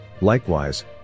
Likewise